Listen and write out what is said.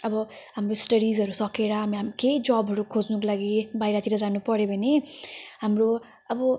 अब हाम्रो स्टडिजहरू सकेर हामी हाम् केही जबहरू खोज्नुको लागि बाहिरतिर जानुपऱ्यो भने हाम्रो अब